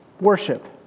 worship